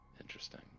Interesting